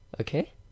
Okay